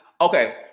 okay